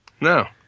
No